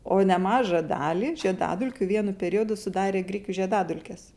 o nemažą dalį žiedadulkių vienu periodu sudarė grikių žiedadulkės